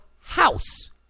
house